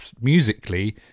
musically